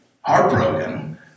heartbroken